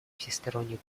всестороннюю